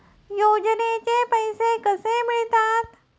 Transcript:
योजनेचे पैसे कसे मिळतात?